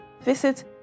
visit